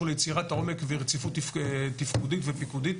ליצירת עומק ורציפות תפקודית ופיקודית,